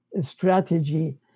strategy